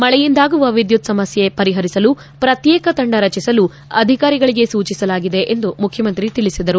ಮಳೆಯಿಂದಾಗುವ ವಿದ್ಯುತ ಸಮಸ್ಥೆ ಪರಿಹರಿಸಲು ಪ್ರತ್ಯೇಕ ತಂಡ ರಚಿಸಲು ಅಧಿಕಾರಿಗಳಿಗೆ ಸೂಚಿಸಲಾಗಿದೆ ಎಂದು ಮುಖ್ಯಮಂತ್ರಿ ತಿಳಿಸಿದರು